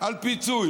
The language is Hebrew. חבר הכנסת ברושי.